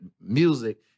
music